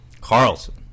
Carlson